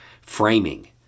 framing